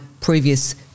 previous –